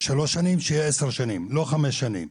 שלוש שנים שיהיה עשר שנים, לא חמש שנים.